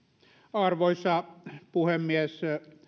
arvoisa puhemies